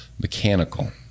mechanical